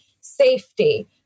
safety